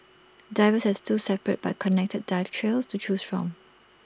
divers have two separate but connected dive trails to choose from